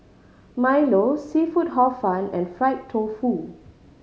milo seafood Hor Fun and fried tofu